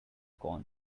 corner